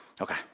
Okay